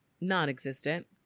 non-existent